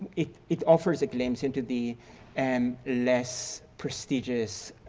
it it offers a glimpse into the and less prestigious